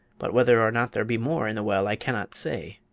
but whether or not there be more in the well i cannot say.